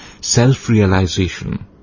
self-realization